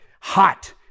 hot